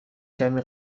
کمی